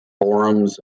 forums